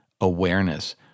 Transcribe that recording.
awareness